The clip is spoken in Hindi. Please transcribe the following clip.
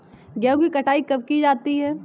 गेहूँ की कटाई कब की जाती है?